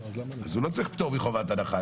אז לא צריך פטור מחובת הנחה.